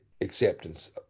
acceptance